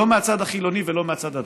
לא מהצד החילוני ולא מהצד הדת,.